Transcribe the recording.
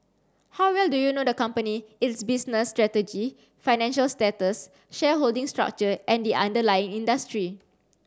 how well do you know the company its business strategy financial status shareholding structure and the underlying industry